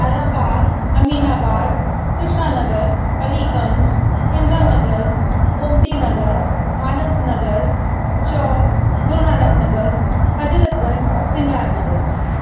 Alambagh Aminabad Krishna Nagar Aliganj Indira Nagar Gomti Nagar Manas Nagar Chowk Guru Nanak Nagar Hazratganj Singarnagar